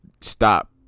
stop